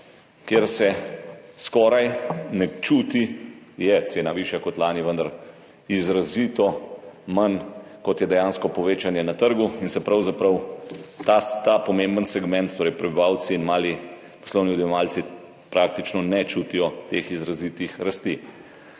kjer se skoraj ne čuti, cena je višja kot lani, vendar izrazito manj, kot je dejansko povečanje na trgu in pravzaprav ta pomemben segment, torej prebivalci in mali poslovni odjemalci, praktično ne čutijo teh izrazitih rasti.